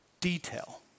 detail